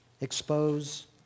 Expose